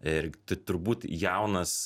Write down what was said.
ir turbūt jaunas